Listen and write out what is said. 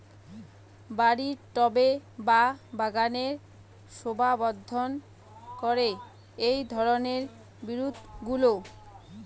বাড়ির টবে বা বাগানের শোভাবর্ধন করে এই ধরণের বিরুৎগুলো